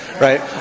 right